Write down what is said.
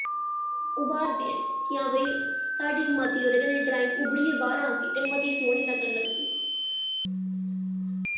उब्भारदे ऐं हां कि भाई साढ़ा मती ओह्दे कन्नै ड्राईंग उब्भरियै आंदी ते मती सोह्नी लग्गन लगदी